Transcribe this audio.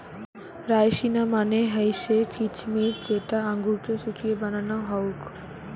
রাইসিনা মানে হৈসে কিছমিছ যেটা আঙুরকে শুকিয়ে বানানো হউক